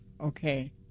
okay